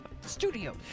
studio